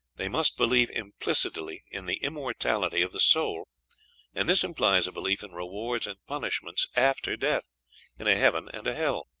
they must believe implicitly in the immortality of the soul and this implies a belief in rewards and punishments after death in a heaven and a hell.